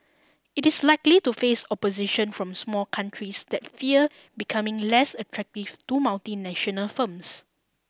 it is likely to face opposition from small countries that fear becoming less attractive to multinational firms